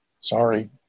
Sorry